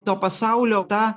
to pasaulio tą